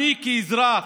אני, כאזרח,